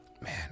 man